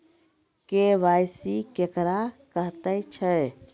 KYC केकरा कहैत छै?